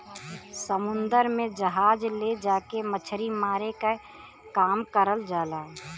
समुन्दर में जहाज ले जाके मछरी मारे क काम करल जाला